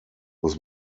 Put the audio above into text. was